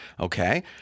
Okay